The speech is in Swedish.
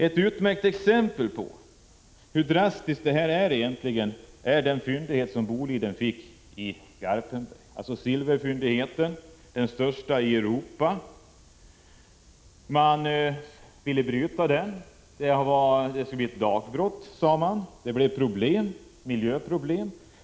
Ett utmärkt exempel på hur drastiskt man går till väga är Bolidens silverfyndighet i Garpenberg, den största i Europa. Boliden ville starta brytning i fyndigheten och sade att det skulle vara fråga om dagbrott, vilket visade sig ge miljöproblem.